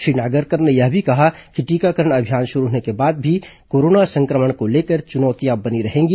श्री नागरकर ने यह भी कहा कि टीकाकरण अभियान शुरू होने के बाद भी कोरोना संक्रमण को लेकर चुनौतियां बनी रहेंगी